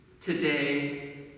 today